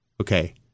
Okay